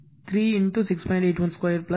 81 2 10 j 8